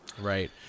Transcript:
Right